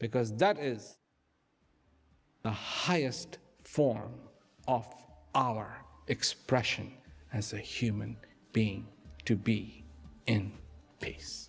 because that is the highest form our expression as a human being to be in place